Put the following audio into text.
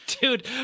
Dude